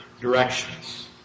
directions